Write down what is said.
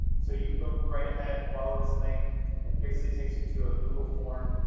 so you can go right ahead and follow this link, it basically takes you to a google form